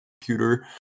computer